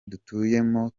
dutuyemo